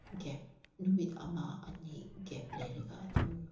gap ꯅꯨꯃꯤꯠ ꯑꯃ ꯑꯅꯤ ꯒꯦꯞ ꯂꯩꯔꯒ ꯑꯗꯨꯝ